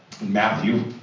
matthew